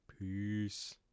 Peace